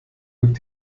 wird